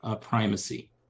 primacy